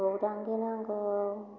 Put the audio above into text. बैदांगि नांगौ